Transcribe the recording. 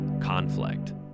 conflict